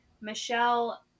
Michelle